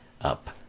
up